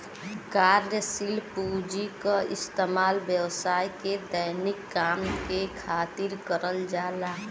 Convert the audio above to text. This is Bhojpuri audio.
कार्यशील पूँजी क इस्तेमाल व्यवसाय के दैनिक काम के खातिर करल जाला